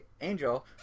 Angel